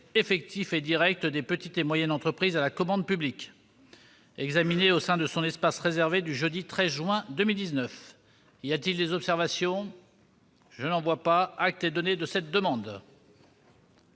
effectif et direct des petites et moyennes entreprises à la commande publique, examinées au sein de son espace réservé du jeudi 13 juin 2019. Y a-t-il des observations ?... Acte est donné de cette demande.